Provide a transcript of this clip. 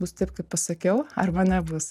bus taip kaip pasakiau arba nebus